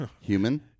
Human